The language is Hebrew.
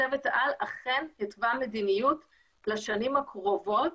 צוות העל אכן התווה מדיניות לשנים הקרובות,